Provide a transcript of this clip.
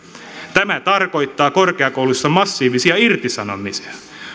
tämä tarkoittaa korkeakouluissa massiivisia irtisanomisia